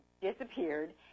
disappeared